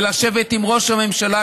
ולשבת בפני ראש הממשלה,